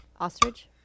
Ostrich